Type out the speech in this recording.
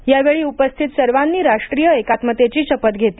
यावेळी उपस्थित सर्वांनी राष्ट्रीय एकात्मतेची शपथ घेतली